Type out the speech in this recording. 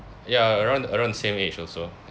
ya around around the same age also